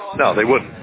no, they wouldn't,